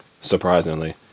surprisingly